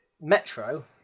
Metro